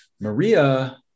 maria